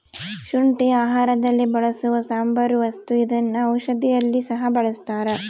ಶುಂಠಿ ಆಹಾರದಲ್ಲಿ ಬಳಸುವ ಸಾಂಬಾರ ವಸ್ತು ಇದನ್ನ ಔಷಧಿಯಲ್ಲಿ ಸಹ ಬಳಸ್ತಾರ